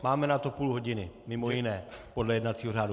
Máme na to půl hodiny, mimo jiné, podle jednacího řádu.